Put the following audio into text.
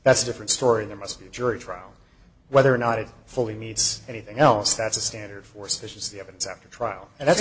that's a different story there must be a jury trial whether or not it fully needs anything else that's a standard for sufficiency evidence after trial and that